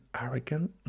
arrogant